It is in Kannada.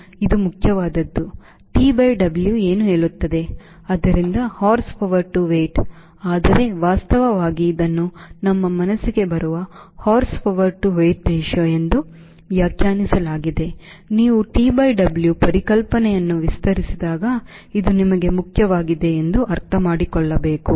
ಇದು ಮುಖ್ಯವಾದುದು TW ಏನು ಹೇಳುತ್ತದೆ ಆದ್ದರಿಂದ horsepower to weight ಆದರೆ ವಾಸ್ತವವಾಗಿ ಇದನ್ನು ನಮ್ಮ ಮನಸ್ಸಿಗೆ ಬರುವ horsepower to weight ratio ಎಂದು ವ್ಯಾಖ್ಯಾನಿಸಲಾಗಿದೆ ನೀವು TW ಪರಿಕಲ್ಪನೆಯನ್ನು ವಿಸ್ತರಿಸಿದಾಗ ಇದು ನಿಮಗೆ ಮುಖ್ಯವಾಗಿದೆ ಅರ್ಥಮಾಡಿಕೊಳ್ಳಬೇಕು